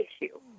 issue